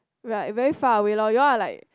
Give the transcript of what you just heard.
like very far away lor you'll are like